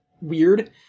weird